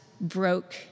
broke